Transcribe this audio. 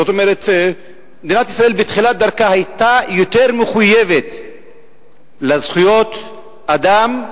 זאת אומרת מדינת ישראל בתחילת דרכה היתה מחויבת לזכויות אדם,